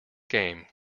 game